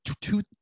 two